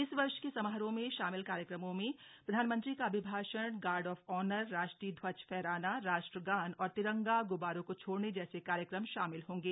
इस वर्ष के समारोह में शामिल कार्यक्रमों में प्रधानमंत्री का अभिभाषण गार्ड ऑफ ऑनर राष्ट्रीय ध्वज फहराना राष्ट्रगान और तिरंगा ग्ब्बारो को छोड़ने जैसे कार्यक्रम शामिल होंगे